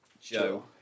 Joe